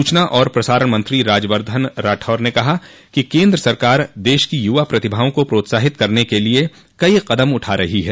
सूचना और प्रसारण मंत्री राज्यवर्धन राठौड़ ने कहा कि केन्द्र सरकार देश की युवा प्रतिभाओं को प्रोत्साहित करने के लिए कई कदम उठा रही है